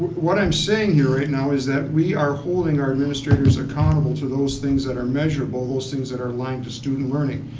what i'm saying here right now is that we are holding our administrators accountable to those things that are measurable, those things that are aligned to student learning.